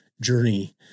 journey